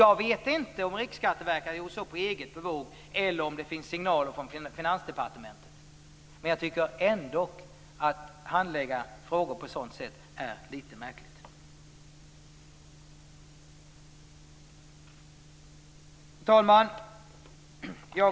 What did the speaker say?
Jag vet inte om Riksskatteverket har gjort så här på eget bevåg eller om det har kommit signaler från Finansdepartementet om detta, men jag tycker ändå att en sådan här handläggning av frågor är litet märklig. Herr talman!